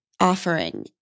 offering